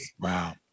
wow